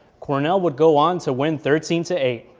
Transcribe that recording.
cornell would go on to win thirteen to eight.